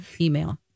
email